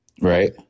Right